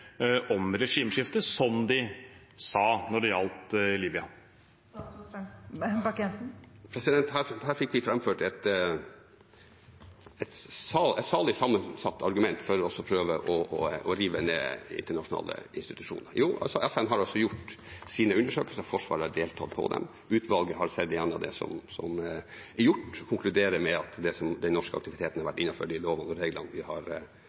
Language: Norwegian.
om sivile og ikke om regimeskifte, som de sa da det gjaldt Libya? Her fikk vi framført et salig sammensatt argument for å prøve å rive ned internasjonale institusjoner. FN har altså gjort sine undersøkelser, Forsvaret har deltatt i dem. Utvalget har sett igjennom det som er gjort, og konkluderer med at den norske aktiviteten har vært innenfor de lovene og reglene vi har